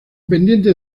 pendiente